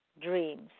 dreams